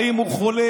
האם הוא חולה,